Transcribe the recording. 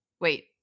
wait